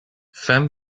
fen